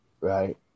right